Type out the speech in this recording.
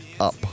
up